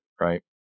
right